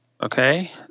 Okay